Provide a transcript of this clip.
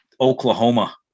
Oklahoma